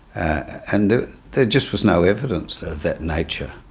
and there just was no evidence of that nature.